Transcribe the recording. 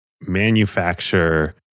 manufacture